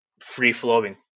free-flowing